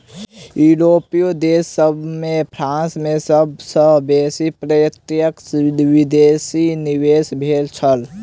यूरोपीय देश सभ में फ्रांस में सब सॅ बेसी प्रत्यक्ष विदेशी निवेश भेल छल